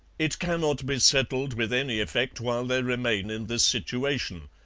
it cannot be settled with any effect while they remain in this situation.